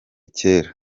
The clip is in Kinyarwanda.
cyera